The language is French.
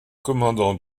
commandant